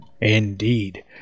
Indeed